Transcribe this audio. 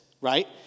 right